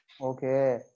Okay